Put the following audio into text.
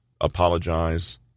apologize